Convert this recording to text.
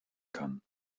kann